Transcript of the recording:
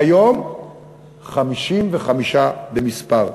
כיום 55 במספר,